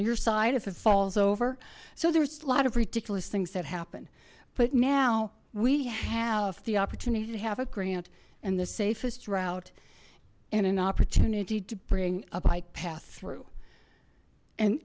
your side if it falls over so there's a lot of ridiculous things that happen but now we have the opportunity to have a grant and the safest route and an opportunity to bring a bike path through and